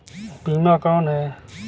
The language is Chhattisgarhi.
बीमा कौन है?